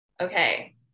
okay